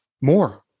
more